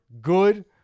good